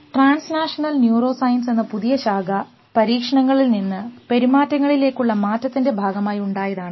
transnational neuro science എന്ന പുതിയ ശാഖ പരീക്ഷണങ്ങളിൽ നിന്ന് പെരുമാറ്റങ്ങളിലേക്കുള്ള മാറ്റത്തിൻറെ ഭാഗമായി ഉണ്ടായതാണ്